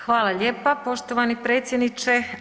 Hvala lijepa poštovani predsjedniče.